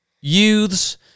youths